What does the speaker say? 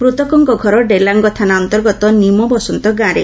ମୃତକଙ୍କ ଘର ଡେଲାଙ୍ଗ ଥାନା ଅନ୍ତର୍ଗତ ନିମବସନ୍ତ ଗାଁରେ